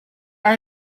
are